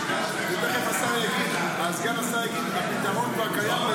ותכף סגן השר יגיד: הפתרון כבר קיים.